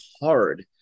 hard